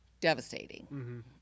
devastating